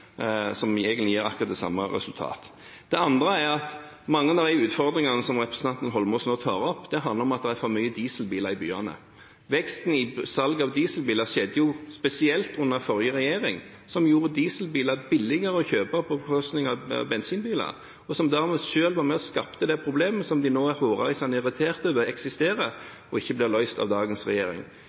som egentlig gir akkurat det samme resultatet. Det andre er at mange av de utfordringene som representanten Holmås nå tar opp, handler om at det er for mange dieselbiler i byene. Veksten i salg av dieselbiler skjedde jo spesielt under forrige regjering, som gjorde dieselbiler billigere å kjøpe, på bekostning av bensinbiler, og som dermed selv var med og skapte det problemet som de nå er hårreisende irriterte over at eksisterer og ikke blir løst av dagens regjering.